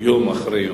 יום אחרי יום,